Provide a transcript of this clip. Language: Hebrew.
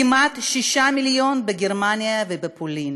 כמעט 6 מיליון בגרמניה ובפולין,